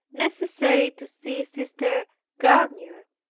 necessary to see sister garnier,